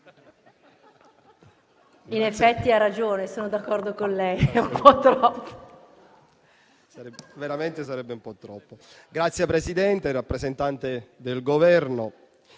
Signor Presidente, rappresentante del Governo,